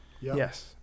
Yes